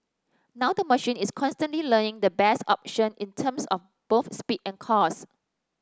now the machine is constantly learning the best option in terms of both speed and cost